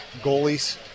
goalies